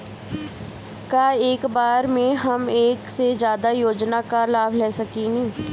का एक बार में हम एक से ज्यादा योजना का लाभ ले सकेनी?